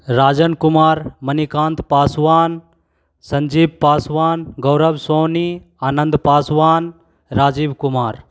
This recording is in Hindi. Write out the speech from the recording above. राजन कुमार मणिकांत पासवान संजीव पासवान गौरव सोनी आनंद पासवान राजीव कुमार